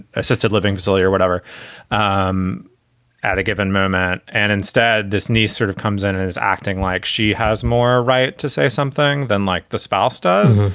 assisted living facility or whatever um at a given moment. and instead, this needs sort of comes in. and it is acting like she has more right to say something than like the spouse does.